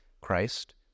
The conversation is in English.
Christ